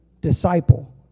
disciple